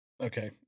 Okay